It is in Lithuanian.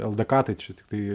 ldk tai čia tiktai